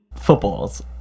Football's